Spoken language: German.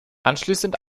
anschließend